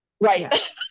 right